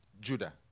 Judah